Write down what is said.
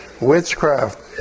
witchcraft